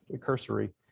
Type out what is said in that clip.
cursory